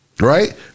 Right